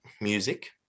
music